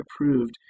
approved